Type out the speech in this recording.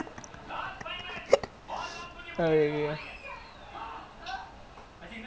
year five into the trash lah but apparently these people are like as bad